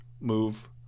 move